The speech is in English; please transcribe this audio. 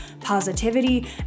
positivity